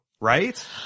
right